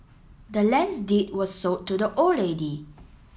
the land's deed was sold to the old lady